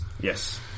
yes